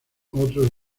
otros